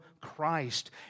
Christ